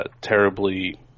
terribly